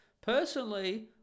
Personally